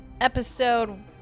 Episode